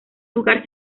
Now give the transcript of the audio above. lugar